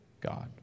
God